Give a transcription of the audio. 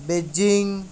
Beijing